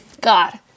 God